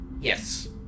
Yes